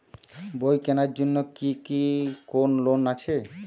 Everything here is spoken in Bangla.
বই কেনার জন্য কি কোন লোন আছে?